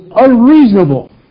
unreasonable